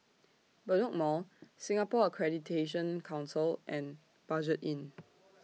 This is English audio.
Bedok Mall Singapore Accreditation Council and Budget Inn